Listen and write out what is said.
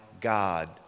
God